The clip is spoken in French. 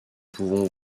pouvons